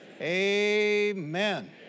Amen